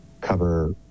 cover